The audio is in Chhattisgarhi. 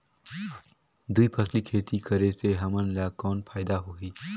दुई फसली खेती करे से हमन ला कौन फायदा होही?